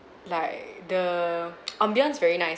like the ambience very nice